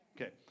Okay